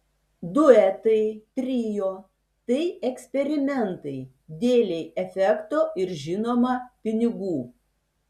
duetai trio tai eksperimentai dėlei efekto ir žinoma pinigų